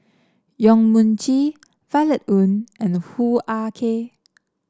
Yong Mun Chee Violet Oon and Hoo Ah Kay